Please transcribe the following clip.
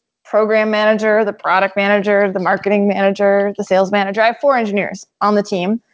program manager, the product manager, the marketing manager, the sales manager. i have four engineers on the team.